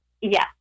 Yes